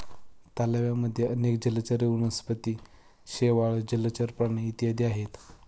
तलावांमध्ये अनेक जलचर वनस्पती, शेवाळ, जलचर प्राणी इत्यादी आहेत